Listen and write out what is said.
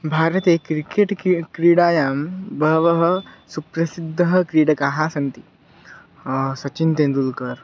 भारते क्रिकेट् क्री क्रीडायां बहवः सुप्रसिद्धः क्रीडकाः सन्ति सचिन् तेण्डुल्कर्